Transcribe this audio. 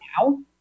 now